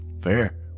Fair